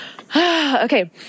Okay